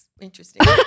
interesting